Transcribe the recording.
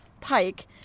pike